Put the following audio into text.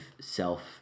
self